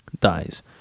dies